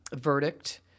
Verdict